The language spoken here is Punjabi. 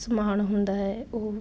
ਸਮਾਨ ਹੁੰਦਾ ਹੈ ਉਹ